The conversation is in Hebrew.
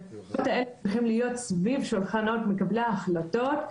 וההחלטות האלה צריכות להיות סביב שולחני מקבלי ההחלטות,